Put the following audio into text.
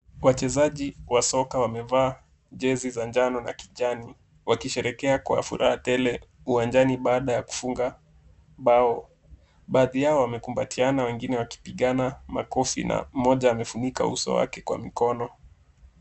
Wachezaji wa soka wamevaa jezi za njano na kijani, wakisherehekea kwa furaha tele uwanjani baada ya kufunga bao. Baadhi yao wamekumbatiana wengine wakipigana makofi na moja amefunika uso wake kwa mkono.